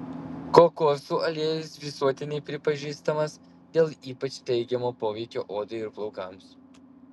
kokosų aliejus visuotinai pripažįstamas dėl ypač teigiamo poveikio odai ir plaukams